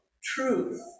truth